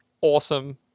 awesome